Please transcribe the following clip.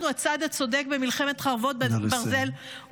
הצד הצודק במלחמת חרבות ברזל -- נא לסיים.